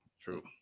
true